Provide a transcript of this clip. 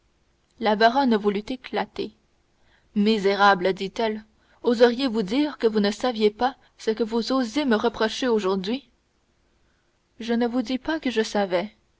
la baronne voulut éclater misérable dit-elle oseriez-vous dire que vous ne saviez pas ce que vous osez me reprocher aujourd'hui je ne vous dis pas que je savais